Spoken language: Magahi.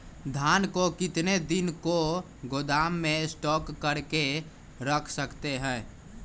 धान को कितने दिन को गोदाम में स्टॉक करके रख सकते हैँ?